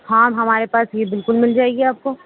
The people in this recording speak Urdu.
ہاں ہمارے پاس یہ بالکل مل جائے گی آپ کو